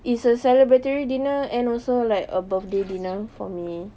it's a celebratory dinner and also like a birthday dinner for me